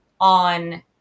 on